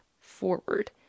forward